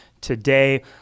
today